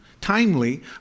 timely